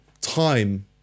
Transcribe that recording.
time